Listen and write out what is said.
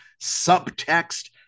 subtext